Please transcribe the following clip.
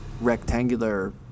rectangular